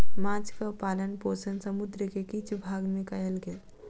माँछक पालन पोषण समुद्र के किछ भाग में कयल गेल